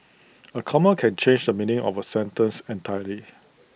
A comma can change the meaning of A sentence entirely